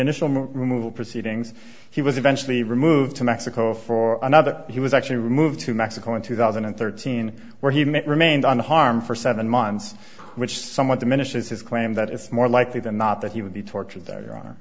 initial removal proceedings he was eventually removed to mexico for another he was actually removed to mexico in two thousand and thirteen where he remained on harm for seven months which someone diminishes his claim that it's more likely than not that he would be tortured there